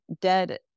dead